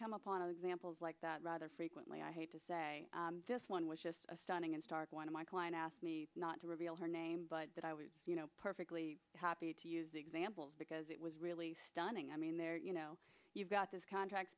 come upon examples like that rather frequently i hate to say this one was just a stunning and stark one of my client asked me not to reveal her name but that i was perfectly happy to use examples because it was really stunning i mean there you know you've got this contract